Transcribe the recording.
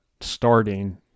starting